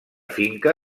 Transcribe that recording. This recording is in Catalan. finca